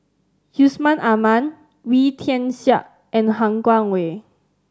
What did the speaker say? Yusman Aman Wee Tian Siak and Han Guangwei